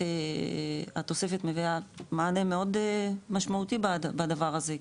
בהחלט התוספת מביאה מענה מאוד משמעותי בדבר הזה,